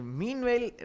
meanwhile